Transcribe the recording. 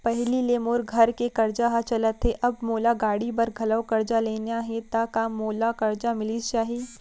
पहिली ले मोर घर के करजा ह चलत हे, अब मोला गाड़ी बर घलव करजा लेना हे ता का मोला करजा मिलिस जाही?